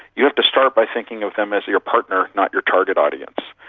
you have to start by thinking of them as your partner not your target audience.